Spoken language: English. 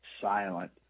silent